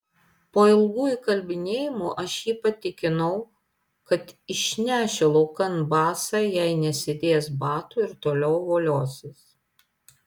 po ilgų įkalbinėjimų aš jį patikinau kad išnešiu laukan basą jei nesidės batų ir toliau voliosis